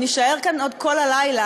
אם נישאר כאן עוד כל הלילה,